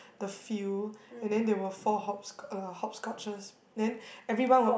the field and then there were four hopscotch the hopscotches then everyone will